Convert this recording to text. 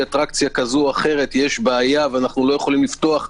אטרקציה כזו או אחרת יש בעיה ואנו לא יכולים לפתוח,